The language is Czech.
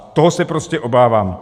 A toho se prostě obávám.